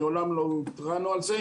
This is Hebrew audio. מעולם לא הותרינו על זה.